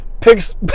picks